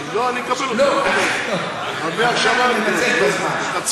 לא, אני מקבל, לא, אז אנחנו ננצל את הזמן.